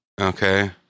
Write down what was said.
Okay